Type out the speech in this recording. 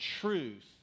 truth